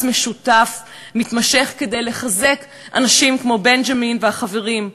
משותף מתמשך כדי לחזק אנשים כמו בנג'מין והחברים.